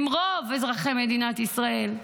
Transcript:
עם רוב אזרחי מדינת ישראל,